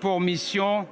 pour mission